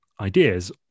ideas